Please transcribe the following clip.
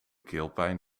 keelpijn